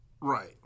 Right